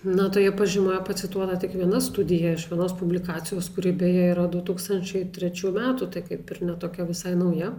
na toje pažymoje pacituota tik viena studija iš vienos publikacijos kuri beje yra du tūkstančiai trečių metų tai kaip ir ne tokia visai nauja